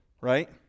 right